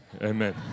Amen